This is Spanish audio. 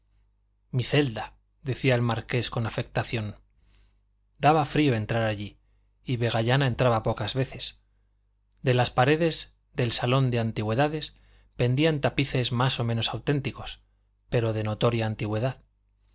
mi celda decía el marqués con afectación daba frío entrar allí y vegallana entraba pocas veces de las paredes del salón de antigüedades pendían tapices más o menos auténticos pero de notoria antigüedad